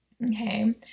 Okay